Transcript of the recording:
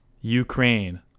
Ukraine